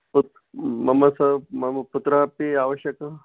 पुत्रः मम सह मम पुत्रः अपि आवश्यकः